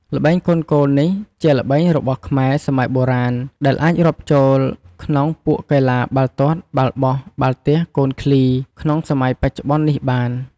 ល្បែងកូនគោលនេះ ជាល្បែរបស់ខ្មែរសម័យបុរាណ ដែលអាចរាប់ចូលក្នុងពួកកីឡាបាល់ទាត់ បាល់បោះ បាល់ទះ កូនឃ្លី ក្នុងសម័យបច្ចុប្បន្ននេះបាន។